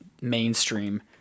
mainstream